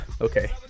Okay